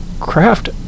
craft